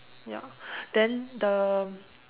ya then the